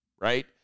right